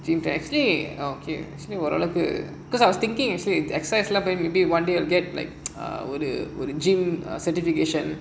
seemed to actually okay actually ஓரளவுக்கு:oralavukku because I was thinking actually exercise level maybe one day we'll get like what do with a gym a certification